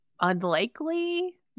unlikely